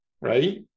Right